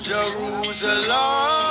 Jerusalem